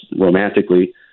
romantically